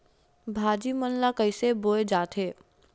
भाजी मन ला कइसे बोए जाथे?